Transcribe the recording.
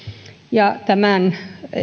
tämän